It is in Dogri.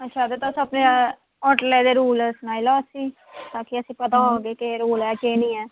अच्छा ते तुस अपने होटलै दे रूल सनाई लैओ असेंगी ताकि असेंगी पता होग कि केह् रूल ऐ केह् नी ऐ